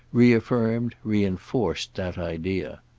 reaffirmed, re-enforced that idea.